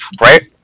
right